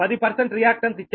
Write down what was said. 10 reactance ఇచ్చారు